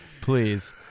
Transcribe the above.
please